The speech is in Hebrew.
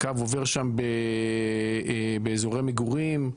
הקו עובר שם באזורי מגורים,